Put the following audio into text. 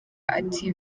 ati